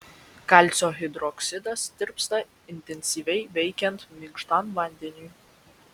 kalcio hidroksidas tirpsta intensyviai veikiant minkštam vandeniui